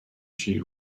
she